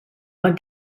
but